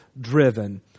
driven